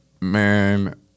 Man